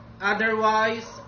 Otherwise